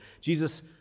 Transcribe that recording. Jesus